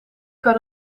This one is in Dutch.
kan